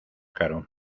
caro